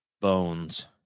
Bones